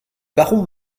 baron